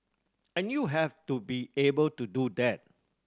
and you have to be able to do that